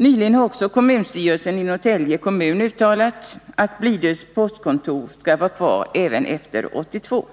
Nyligen har också kommunstyrelsen i Norrtälje kommun uttalat att Blidö postkontor bör vara kvar även efter 1982.